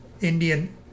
Indian